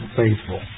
faithful